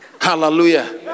Hallelujah